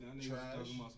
Trash